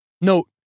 Note